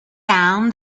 found